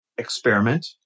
experiment